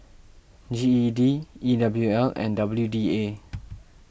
G E D E W L and W D A